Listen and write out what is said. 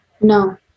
no